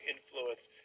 Influence